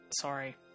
Sorry